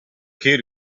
kid